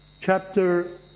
chapter